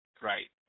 Right